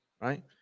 right